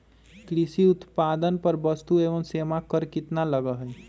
कृषि उत्पादन पर वस्तु एवं सेवा कर कितना लगा हई?